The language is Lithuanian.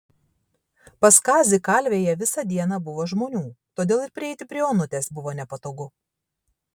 pas kazį kalvėje visą dieną buvo žmonių todėl ir prieiti prie onutės buvo nepatogu